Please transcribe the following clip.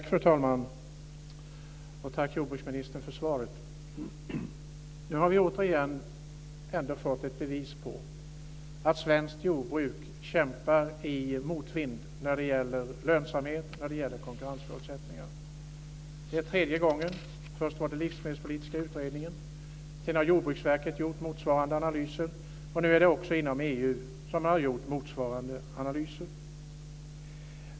Fru talman! Tack för svaret, jordbruksministern! Nu har vi återigen ändå fått ett bevis på att svenskt jordbruk kämpar i motvind när det gäller lönsamhet och konkurrensförutsättningar. Det är tredje gången. Först var det Livsmedelspolitiska utredningen. Sedan har Jordbruksverket gjort motsvarande analyser. Nu är det också inom EU som man har gjort motsvarande analyser.